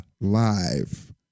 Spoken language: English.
live